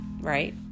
right